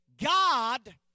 God